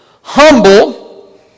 humble